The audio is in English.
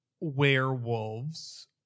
werewolves